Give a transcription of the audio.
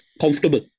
comfortable